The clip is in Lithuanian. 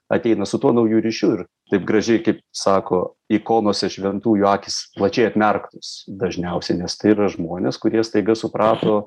ateina su tuo nauju ryšiu ir taip gražiai kaip sako ikonose šventųjų akys plačiai atmerktos dažniausiai nes tai yra žmonės kurie staiga suprato